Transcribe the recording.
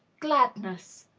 gladness.